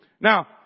Now